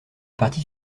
partie